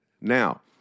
Now